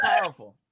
powerful